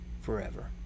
forever